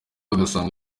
agasanga